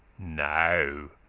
now